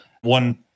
One